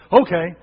Okay